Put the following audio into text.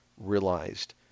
realized